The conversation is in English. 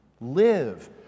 Live